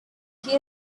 key